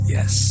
Yes